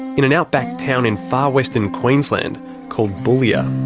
in an outback town in far western queensland called boulia.